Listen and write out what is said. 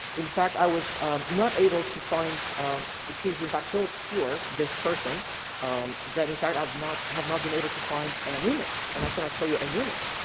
in fact i was not able to find his in fact, so obscure this person um that in fact i've not have not been able to find an image. and i cannot show you an image.